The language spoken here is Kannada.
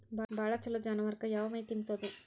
ಭಾಳ ಛಲೋ ಜಾನುವಾರಕ್ ಯಾವ್ ಮೇವ್ ತಿನ್ನಸೋದು?